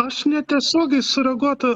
aš netiesiogiai sureaguoti